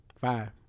five